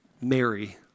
Mary